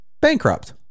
bankrupt